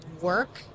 work